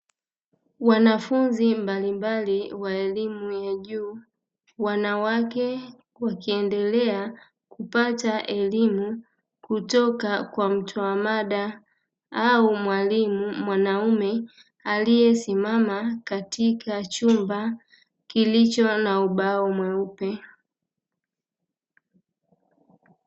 Wanafunzi mbalimbali wa elimu ya juu (wanawake) wakiendelea kupata elimu kutoka kwa mtoa mada au mwalimu mwanaume aliyesimama katika chumba kilicho na ubao mweupe.